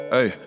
Hey